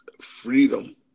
freedom